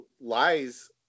lies